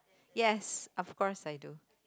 yes of course I do